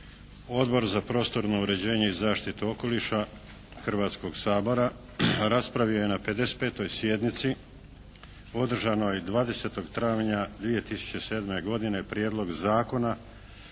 Odbor za prostorno uređenje i zaštitu okoliša Hrvatskog sabora raspravio je na 55. sjednici održanoj 20. travnja 2007. godine Prijedlog zakona